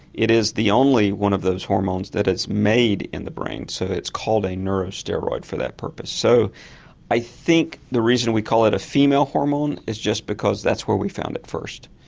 it is the only one of those hormones that is made in the brain so it's called a neuro-steroid for that purpose. so i think the reason we call it a female hormone is just because that's where we found it first.